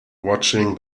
watching